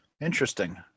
Interesting